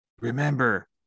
remember